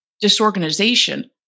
disorganization